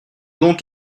donc